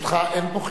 ברשותך, אין פה חידוש.